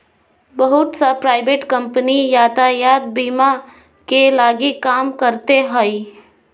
बहुत सा private company भी यातायात बीमा के लगी काम करते हइ